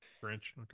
French